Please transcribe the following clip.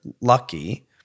lucky